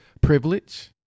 privilege